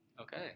okay